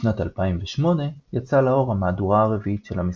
בשנת 2008 יצאה לאור המהדורה הרביעית של המשחק,